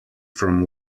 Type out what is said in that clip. from